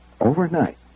overnight